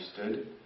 understood